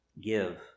Give